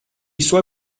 suoi